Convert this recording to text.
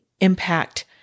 impact